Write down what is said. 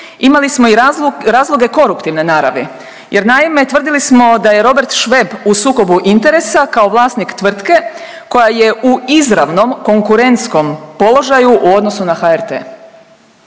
imali smo i razloge koruptivne naravi jer naime tvrdili smo da je Robert Šveb u sukobu interesa kao vlasnik tvrtke koja je u izravnom konkurentskom položaju u odnosu na HRT.